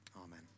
Amen